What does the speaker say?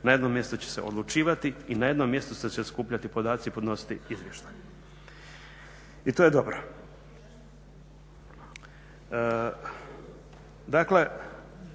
na jednom mjestu će se odlučivati i na jednom mjestu će se skupljati podaci, podnositi izvještaj i to je dobro.